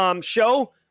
show